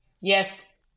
yes